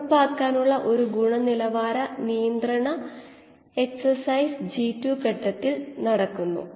കോശങ്ങൾ പുറത്തുവരുന്നിടത്ത് cell productivity പൂജ്യമായിരിക്കും